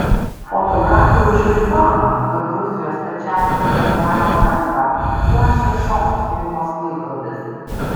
fotografai užfiksavo kad rusijos stačiatikių patriarcho ranką puošia šios firmos laikrodis